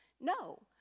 No